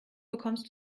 bekommst